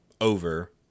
Over